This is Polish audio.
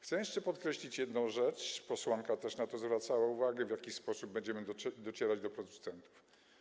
Chcę jeszcze podkreślić jedną rzecz - posłanka też na to zwracała uwagę - w jaki sposób będziemy docierać do producentów.